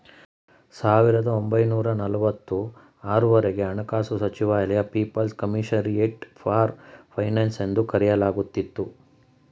ಸಾವಿರದ ಒಂಬೈನೂರ ನಲವತ್ತು ಆರು ವರೆಗೆ ಹಣಕಾಸು ಸಚಿವಾಲಯ ಪೀಪಲ್ಸ್ ಕಮಿಷರಿಯಟ್ ಫಾರ್ ಫೈನಾನ್ಸ್ ಎಂದು ಕರೆಯಲಾಗುತ್ತಿತ್ತು